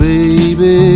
Baby